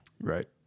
Right